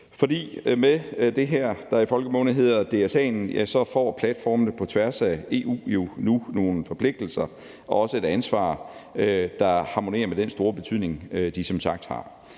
For med det her, der i folkemunde hedder DSA'en, får platformene på tværs af EU jo nu nogle forpligtelser og også et ansvar, der harmonerer med den store betydning, de som sagt har.